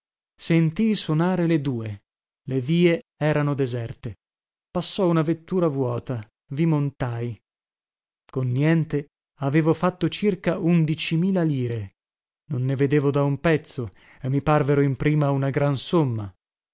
sentii sonare le due le vie erano deserte passò una vettura vuota vi montai con niente avevo fatto circa undicimila lire non ne vedevo da un pezzo e mi parvero in prima una gran somma